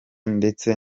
ndetse